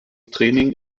training